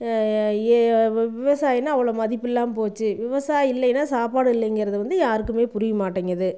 விவசாயன்னால் அவ்வளோ மதிப்பில்லாமல் போச்சு விவசாயி இல்லைனா சாப்பாடு இல்லைங்கிறது வந்து யாருக்குமே புரிய மாட்டேங்கிறது